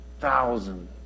thousand